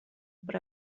but